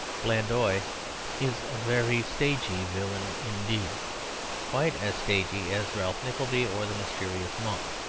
blandois, is a very stagey villain indeed quite as stagey as ralph nickleby or the mysterious monk.